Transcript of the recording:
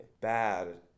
bad